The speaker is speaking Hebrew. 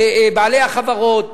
בעלי החברות,